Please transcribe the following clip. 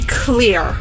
clear